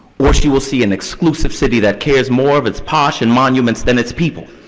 or she will see an exclusive city that cares more of its posh and monuments than its people,